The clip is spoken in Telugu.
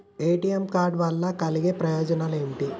ఏ.టి.ఎమ్ కార్డ్ వల్ల కలిగే ప్రయోజనాలు ఏమిటి?